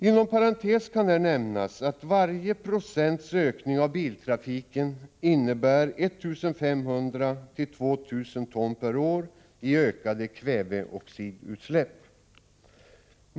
Inom parentes kan nämnas att varje procents ökning av biltrafiken innebär 1 500-2 000 ton per år i ökade kväveoxidutsläpp.